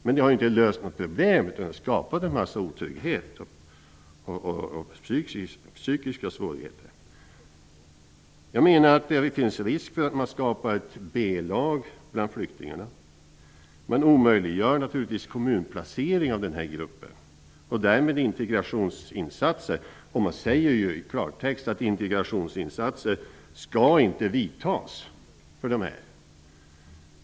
Systemet har inte löst några problem utan skapat otrygghet och psykiska svårigheter. Det finns risk för att det skapas ett B-lag bland flyktingarna. Naturligtvis omöjliggörs kommunplaceringar och därmed integrationsinsatser för den här gruppen. Det sägs ju i klartext att integrationsinsatser inte skall vidtas.